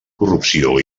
corrupció